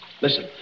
Listen